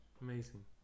Amazing